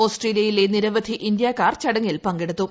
ഓസ്ട്രേലിയയിലെ നിരവധി ഇന്ത്യക്കാർ ചടങ്ങിൽ പിക്കൂടുത്തു